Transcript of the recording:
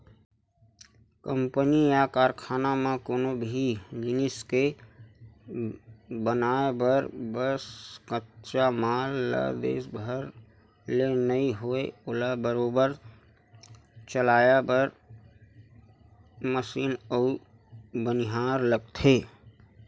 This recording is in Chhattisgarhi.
कंपनी या कारखाना म कोनो भी जिनिस के बनाय बर बस कच्चा माल ला दे भर ले नइ होवय ओला बरोबर चलाय बर मसीन अउ बनिहार लगथे